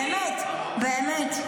באמת, באמת.